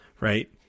right